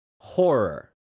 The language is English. horror